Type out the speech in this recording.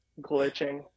glitching